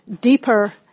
deeper